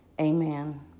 Amen